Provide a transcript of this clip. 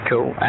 Cool